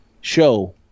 show